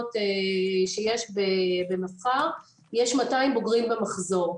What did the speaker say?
אומנויות שיש במבח"ר יש 200 בוגרים במחזור.